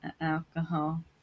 alcohol